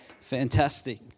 Fantastic